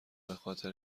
بخاطر